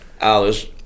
Alice